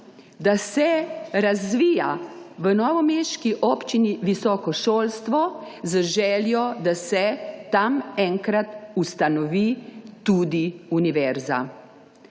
da se razvija v novomeški občini visoko šolstvo z željo, da se tam enkrat ustanovi tudi univerza.